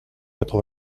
quatre